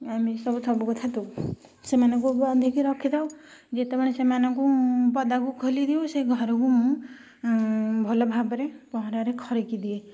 ଏମିତି ସବୁ ସବୁ କଥା ଦଉ ସେମାନଙ୍କୁ ବାନ୍ଧୀକି ରଖିଥାଉ ଯେତେବେଳେ ସେମାନଙ୍କୁ ପଦାକୁ ଖୋଲି ଦିଅଉ ସେଇ ଘରକୁ ମୁଁ ଭଲ ଭାବରେ ପହଁରାରେ ଖରିକି ଦିଏ